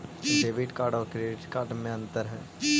Debit card और credit card में अन्तर है?